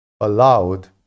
allowed